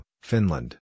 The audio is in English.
Finland